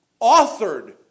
authored